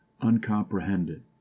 uncomprehended